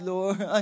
Lord